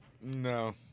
No